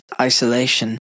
isolation